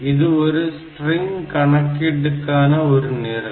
இது ஒரு ஸ்ட்ரிங் கணக்கீட்டுக்கான ஒரு நிரல்